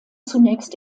zunächst